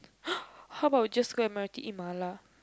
how about we just go Admiralty eat mala